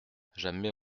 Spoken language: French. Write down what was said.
jamais